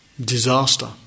disaster